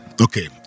Okay